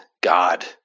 God